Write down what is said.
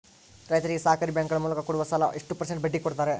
ರೈತರಿಗೆ ಸಹಕಾರಿ ಬ್ಯಾಂಕುಗಳ ಮೂಲಕ ಕೊಡುವ ಸಾಲ ಎಷ್ಟು ಪರ್ಸೆಂಟ್ ಬಡ್ಡಿ ಕೊಡುತ್ತಾರೆ?